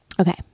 Okay